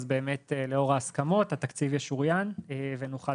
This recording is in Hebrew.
אז באמת לאור ההסכמות התקציב ישוריין ונוכל